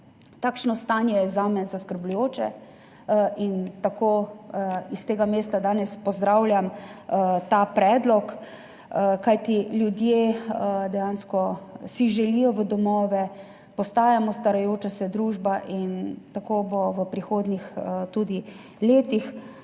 Takšno stanje je zame zaskrbljujoče. Tako iz tega mesta danes pozdravljam ta predlog, kajti ljudje si dejansko želijo v domove, postajamo starajoča se družba in tako bo v prihodnjih tudi letih.